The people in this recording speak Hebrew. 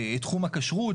תחום הכשרות,